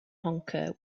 honker